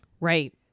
Right